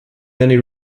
many